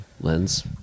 lens